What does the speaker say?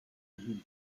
hun